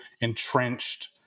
entrenched